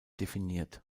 definiert